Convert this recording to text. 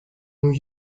new